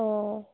অঁ